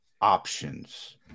options